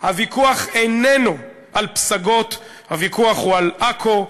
הוויכוח איננו על פסגות, הוויכוח הוא על עכו.